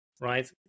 right